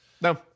No